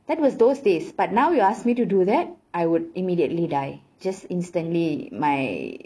that was those days but now you ask me to do that I would immediately die just instantly my